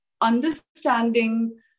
understanding